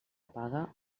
apaga